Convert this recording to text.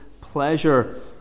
pleasure